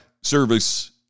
service